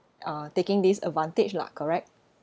uh taking this advantage lah correct